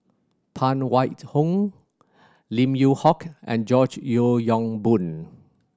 Phan Wait Hong Lim Yew Hock and George Yeo Yong Boon